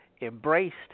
embraced